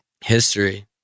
History